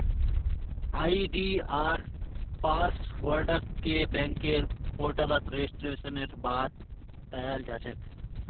आई.डी.आर पासवर्डके बैंकेर पोर्टलत रेजिस्ट्रेशनेर बाद दयाल जा छेक